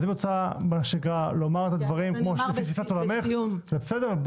אז אם את רוצה לומר את הדברים לפי תפיסת עולמך זה בסדר.